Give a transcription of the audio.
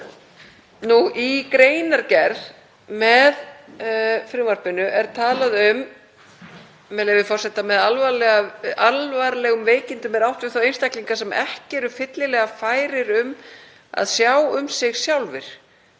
Í greinargerð með frumvarpinu segir, með leyfi forseta: „Með alvarlegum veikindum er átt við þá einstaklinga sem ekki eru fyllilega færir um að sjá um sig sjálfir,